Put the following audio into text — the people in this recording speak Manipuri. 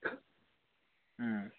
ꯎꯝ